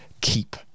Keep